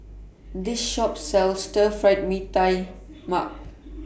This Shop sells Stir Fried Mee Tai Mak